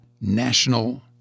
National